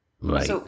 Right